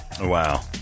Wow